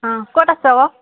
অ' ক'ত আছ'